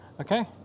okay